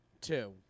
Two